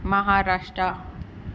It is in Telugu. మహారాష్ట్ర